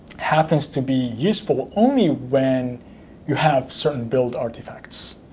happens to be useful only when you have certain build artifacts.